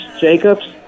Jacobs